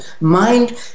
mind